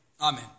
Amen